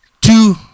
two